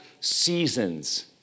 seasons